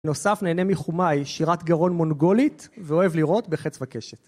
נוסף נהנה מחומיי שירת גרון מונגולית ואוהב לראות בחץ וקשת